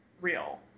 real